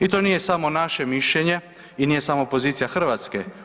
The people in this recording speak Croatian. I to nije samo naše mišljenje i nije samo pozicija Hrvatske.